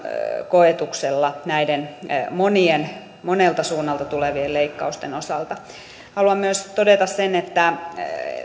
koetuksella näiden monien monelta suunnalta tulevien leikkausten osalta haluan myös todeta sen että